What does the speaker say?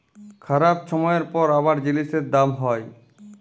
খারাপ ছময়ের পর আবার জিলিসের দাম হ্যয়